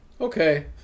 Okay